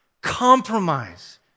compromise